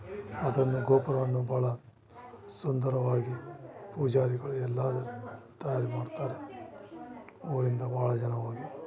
ಅದನ್ನು ಗೊಪುರವನ್ನು ಭಾಳ ಸುಂದರವಾಗಿ ಪೂಜಾರಿಗಳು ಎಲ್ಲ ತಯಾರಿ ಮಾಡುತ್ತಾರೆ ಊರಿಂದ ಭಾಳ ಜನ ಹೋಗಿ